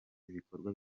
ibikorwa